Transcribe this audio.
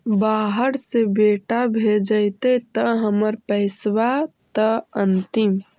बाहर से बेटा भेजतय त हमर पैसाबा त अंतिम?